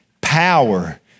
Power